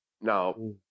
Now